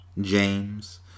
James